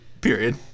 Period